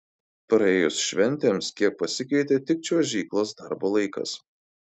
praėjus šventėms kiek pasikeitė tik čiuožyklos darbo laikas